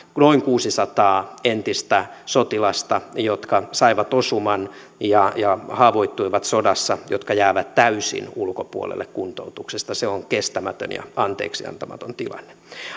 noin kuusisataa entistä sotilasta jotka saivat osuman ja ja haavoittuivat sodassa joka jää täysin ulkopuolelle kuntoutuksesta se on kestämätön ja anteeksiantamaton tilanne